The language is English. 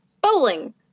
bowling